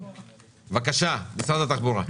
בבקשה, משרד התחבורה.